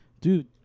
dude